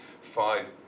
five